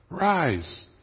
rise